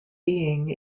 being